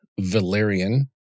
Valerian